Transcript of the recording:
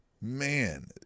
man